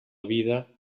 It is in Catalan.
vida